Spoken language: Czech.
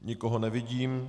Nikoho nevidím.